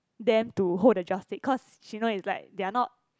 them to hold the joss stick cause she know is like they are not